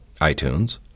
iTunes